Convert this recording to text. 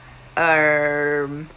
um